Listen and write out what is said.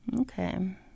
Okay